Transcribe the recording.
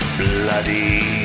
bloody